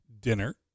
dinner